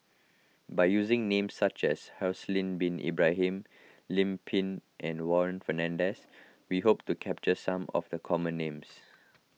by using names such as Haslir Bin Ibrahim Lim Pin and Warren Fernandez we hope to capture some of the common names